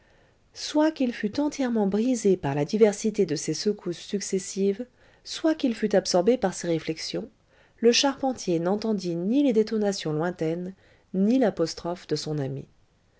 soit qu'il fût entièrement brisé par la diversité de ces secousses successives soit qu'il fût absorbé par ses réflexions le charpentier n'entendit ni les détonations lointaines ni l'apostrophe de son amie